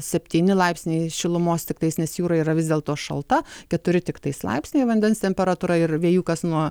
septyni laipsniai šilumos tiktais nes jūra yra vis dėlto šalta keturi tiktais laipsniai vandens temperatūra ir vėjukas nuo